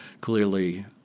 clearly